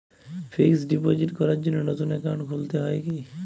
Fix deposit করার জন্য নতুন অ্যাকাউন্ট খুলতে হয় কী?